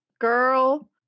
Girl